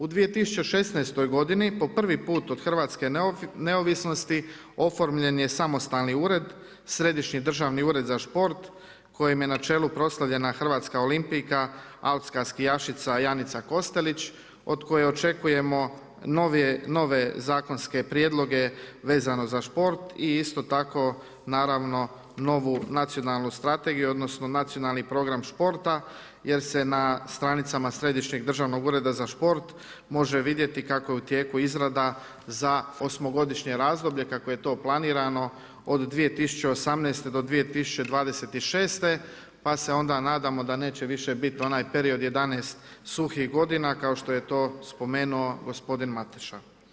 U 2016. godini po prvi put od hrvatske neovisnosti oformljen je samostalni ured, Središnji državni ured za sport kojem je na čelu proslavljena hrvatska olimpijka, alpska skijašica Janica Kostelić od koje očekujemo nove zakonske prijedloge vezane za sport i isto tako novu nacionalnu strategiju odnosno nacionalni program sporta jer se na stranicama Središnjeg državnog ureda za sport može vidjeti kako je u tijeku izrada za osmogodišnje razdoblje kako je to planirano od 2018.-2026., pa se onda nadamo da neće više biti onaj period 11 suhih godina kao što je to spomenuo gospodin Mateša.